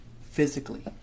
physically